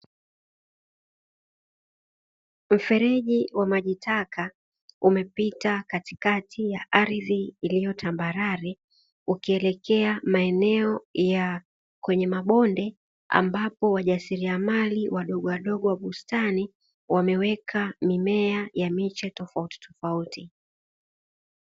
Mfereji wa majitaka umepita katikati ya ardhi iliyo tambarare ukielekea maeneo ya kwenye mabonde, ambapo wajasiriamali wadogowadogo wa bustani wameweka mimea ya miche tofautitofauti.